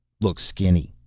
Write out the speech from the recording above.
look skinny.